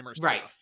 Right